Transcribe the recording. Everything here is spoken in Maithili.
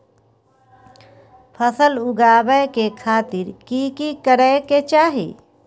फसल उगाबै के खातिर की की करै के चाही?